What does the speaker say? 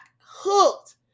hooked